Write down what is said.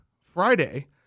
Friday